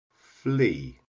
flee